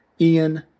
Ian